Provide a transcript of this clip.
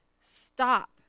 stop